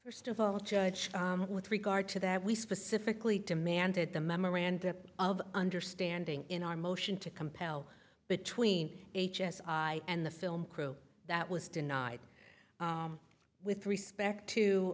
first of all judge with regard to that we specifically demanded the memorandum of understanding in our motion to compel between h s i and the film crew that was denied with respect to